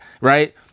right